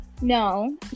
no